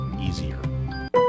easier